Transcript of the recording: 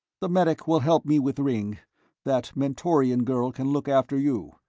the medic will help me with ringg that mentorian girl can look after you.